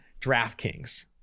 DraftKings